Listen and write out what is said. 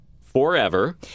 forever